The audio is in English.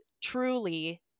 truly